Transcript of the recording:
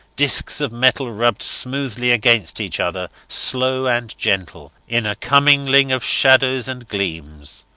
discs of metal rubbed smoothly against each other, slow and gentle, in a commingling of shadows and gleams.